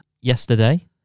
Yesterday